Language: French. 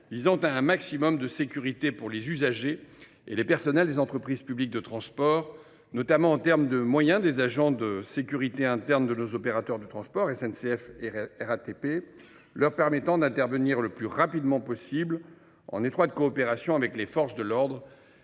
garantir un maximum de sécurité aux usagers et aux personnels des entreprises publiques de transport, notamment en ce qui concerne les moyens des agents des services de sécurité internes de nos opérateurs de transport, SNCF et RATP, afin de leur permettre d’intervenir le plus rapidement possible, en étroite coopération avec les forces de l’ordre